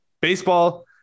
Baseball